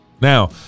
Now